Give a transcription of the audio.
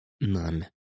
None